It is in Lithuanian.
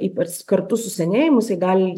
ypač kartu su senėjimu jisai gali